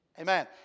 Amen